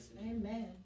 Amen